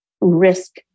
risk